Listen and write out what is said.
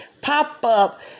pop-up